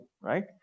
Right